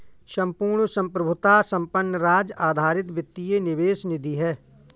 संपूर्ण संप्रभुता संपन्न राज्य आधारित वित्तीय निवेश निधि है